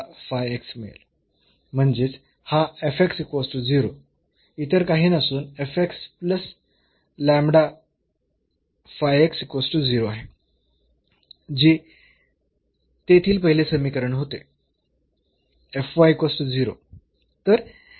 म्हणजेच हा इतर काही नसून आहे जे तेथील पहिले समीकरण होते